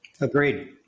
Agreed